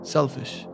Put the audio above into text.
Selfish